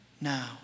now